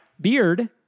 Beard